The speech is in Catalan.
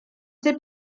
ser